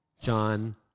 John